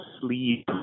sleep